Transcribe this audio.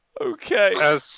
okay